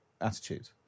attitude